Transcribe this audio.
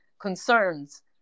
concerns